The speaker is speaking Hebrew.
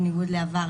בניגוד לעבר,